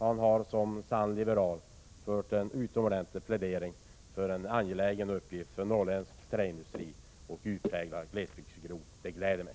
Han har som sann liberal gjort en utomordentlig plädering för en angelägen uppgift för norrländsk träindustri. Det gläder mig.